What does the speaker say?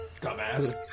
Dumbass